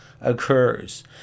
occurs